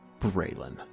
Braylon